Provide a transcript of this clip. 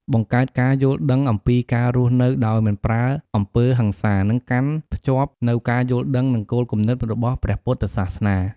បង្កើតការយល់ដឺងអំពីការរស់នៅដោយមិនប្រើអំពើហិង្សា និងកាន់ភ្ជាប់នូវការយល់ដឹង និងគោលគំនិត របស់ព្រះពុទ្ធសាសនា។